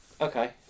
Okay